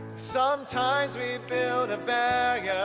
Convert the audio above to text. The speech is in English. sometimes we build a barrier